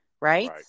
Right